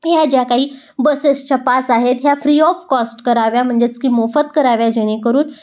ह्या ज्या काही बसेसच्या पास आहेत ह्या फ्री ऑफ कॉस्ट कराव्या म्हणजेच की मोफत कराव्या जेणेकरून